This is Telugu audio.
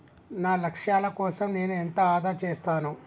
నా లక్ష్యాల కోసం నేను ఎంత ఆదా చేస్తాను?